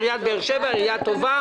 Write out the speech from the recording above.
עיריית באר שבע היא עירייה טובה.